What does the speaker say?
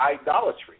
idolatry